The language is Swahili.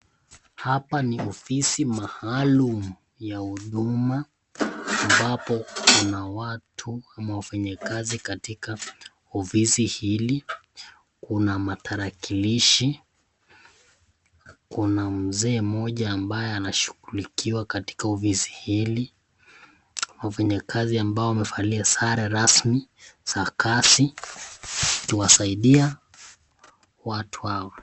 Hapa ni ofisi maalum ya huduma, ambapo kuna watu ama wafanyikazi katika ofisi hili kuna matarakilishi. Kuna mzee mmoja ambaye anashughulikiwa katika ofisi hili wafanyikazi ambao wamevalia sare rasmi za kazi wakiwasaidia watu wao.